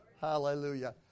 Hallelujah